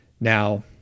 Now